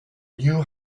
knew